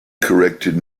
corrected